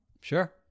Sure